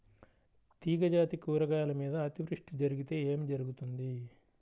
తీగజాతి కూరగాయల మీద అతివృష్టి జరిగితే ఏమి జరుగుతుంది?